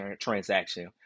transaction